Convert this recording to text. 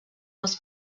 els